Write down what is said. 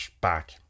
back